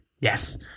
Yes